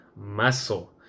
muscle